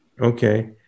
Okay